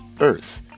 earth